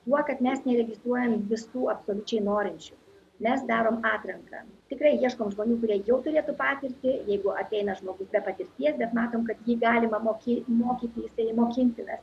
tuo kad mes neregistruojam visų absoliučiai norinčių mes darom atranką tikrai ieškom žmonių kurie jau turėtų patirtį jeigu ateina žmogus be patirties bet matom kad gyvenimą moki mokyti jisai mokintinas